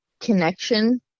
connection